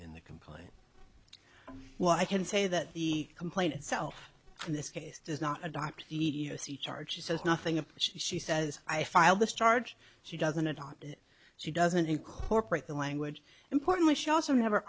in the complaint well i can say that the complaint itself in this case does not adopt immediacy charge she says nothing of which she says i file this charge she doesn't adopt she doesn't incorporate the language importantly she also never